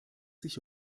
sich